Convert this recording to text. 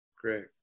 Great